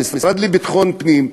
המשרד לביטחון פנים,